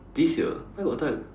this year where got time